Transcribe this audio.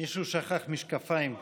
מישהו שכח משקפיים כאן.